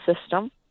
system